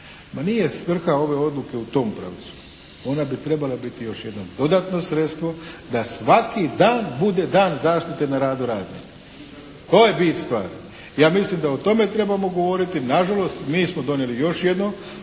nije svrha ove odluke u tom pravcu. Ona bi trebala biti još jednom dodatno sredstvo da svaki dan bude dan zaštite na radu radnika. To je bit stvari. Ja mislim da o tome trebamo govoriti. Nažalost, mi smo donijeli još jedno